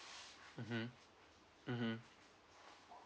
mmhmm mmhmm